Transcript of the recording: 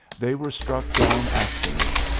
they were struck down after me,